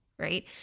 Right